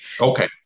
Okay